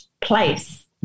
place